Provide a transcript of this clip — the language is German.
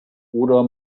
oder